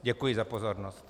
Děkuji za pozornost.